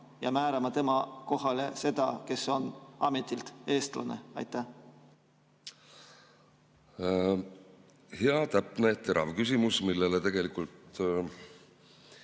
ja määrama tema kohale seda, kes on ametilt eestlane? Hea, täpne, terav küsimus, millele tegelikult